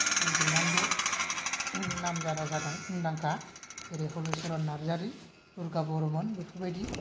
बल गेलेनानैबो नामजादा जादों मुंदांखा जेरै हलिचरन नार्जारी दुर्गा बरमोन बेफोरबायदि